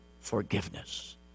forgiveness